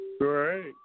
Great